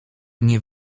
nie